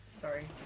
Sorry